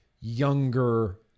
Younger